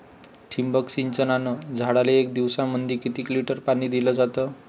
ठिबक सिंचनानं झाडाले एक दिवसामंदी किती लिटर पाणी दिलं जातं?